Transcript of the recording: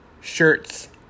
shirts